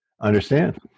understand